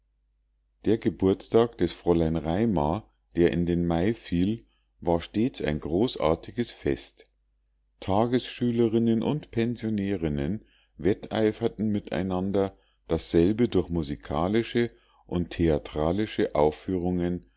der geburtstag des fräulein raimar der in den mai fiel war stets ein großartiges fest tagesschülerinnen und pensionärinnen wetteiferten mit einander dasselbe durch musikalische und theatralische aufführungen